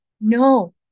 No